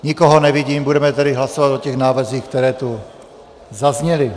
Nikoho nevidím, budeme tedy hlasovat o návrzích, které tu zazněly.